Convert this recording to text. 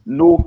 no